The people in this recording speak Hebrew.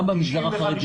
גם במגזר החרדי.